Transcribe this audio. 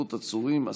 חבר הכנסת סעדי?